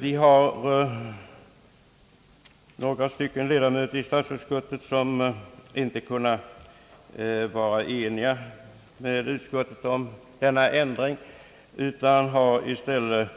Vi är några medlemmar av statsutskottet, som inte kunnat vara eniga med majoriteten om denna ändring utan i stället